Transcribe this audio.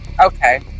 Okay